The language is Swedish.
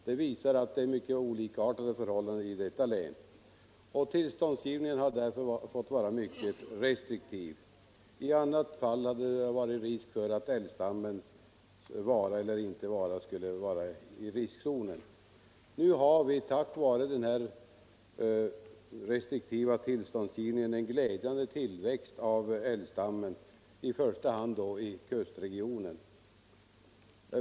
Det visar att förhållandena är mycket olikartade i detta län. Tillståndgivningen har därför fått vara mycket restriktiv. I annat fall hade älgstammen kanske hamnat i farozonen. Nu har vi tack vare den restriktiva tillståndsgivningen en glädjande tillväxt av älgstammen, i första hand i kustregionen.